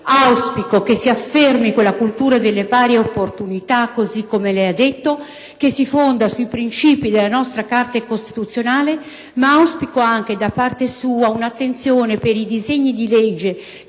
Auspico che si affermi quella cultura delle pari opportunità - come lei ha detto, signora Ministro - che si fonda sui principi della nostra Carta costituzionale, ma auspico anche da parte sua un'attenzione per i disegni di legge